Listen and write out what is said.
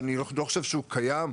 שאני לא חושב שהוא קיים,